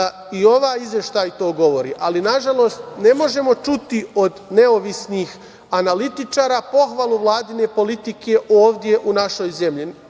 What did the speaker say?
i ovaj izveštaj to govori, a nažalost ne možemo čuti od nezavisnih analitičara pohvalu Vladine politike ovde u našoj zemlji.